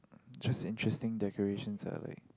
just interesting decorations lah I think